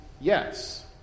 Yes